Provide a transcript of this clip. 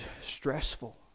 stressful